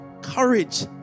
courage